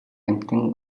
амьтан